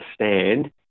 understand